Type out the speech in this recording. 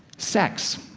sex.